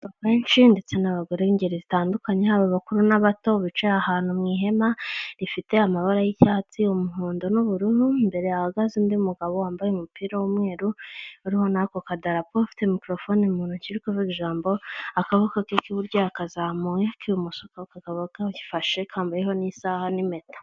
Benshi ndetse n'abagore b'ingeri zitandukanye haba abakuru n'abato bicaye ahantu mu ihema, rifite amabara y'icyatsi umuhondo n'ubururu imbere ahagaze undi mugabo wambaye umupira w'umweru uriho nako kadarapo ufite mikorofoni mu ntoki uri kuvuga ijambo, akaboko k'uburyo yakazamuwe ak'ibumoso kakaba kafashe akambayeho n'isaha n'impeta.